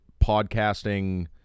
podcasting